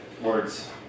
Words